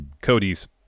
Cody's